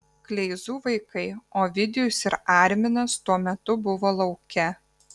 kleizų vaikai ovidijus ir arminas tuo metu buvo lauke